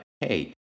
hey